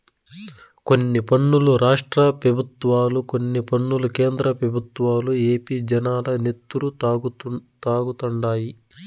కొన్ని పన్నులు రాష్ట్ర పెబుత్వాలు, కొన్ని పన్నులు కేంద్ర పెబుత్వాలు ఏపీ జనాల నెత్తురు తాగుతండాయి